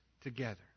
together